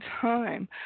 time